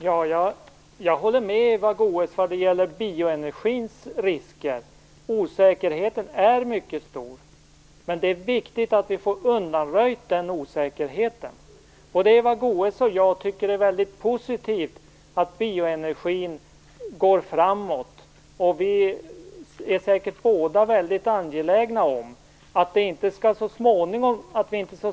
Fru talman! Jag håller med Eva Goës vad gäller bioenergins risker: Osäkerheten är mycket stor. Men det är viktigt att vi får denna osäkerhet undanröjd. Både Eva Goës och jag tycker att det är väldigt positivt att bioenergin går framåt, och vi är säkert båda väldigt angelägna om att vi inte